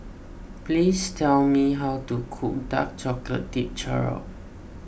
please tell me how to cook Dark Chocolate Dipped Churro